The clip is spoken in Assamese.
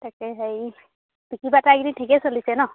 তাকে হেৰি বিক্ৰী বাৰ্তা এইকেইদিন ঠিকে চলিছে ন